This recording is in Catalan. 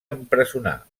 empresonar